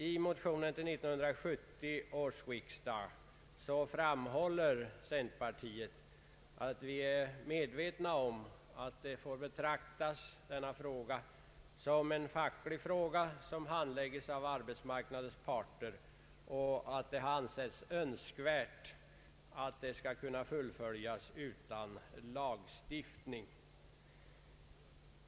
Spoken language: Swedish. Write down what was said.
I motionen till 1970 års riksdag framhåller centerpartiet att vi är medvetna om att denna fråga får betraktas som en facklig fråga som skall handläggas av arbetsmarknadens parter. Vi anser det önskvärt att frågan skall kunna lösas utan lagstiftning.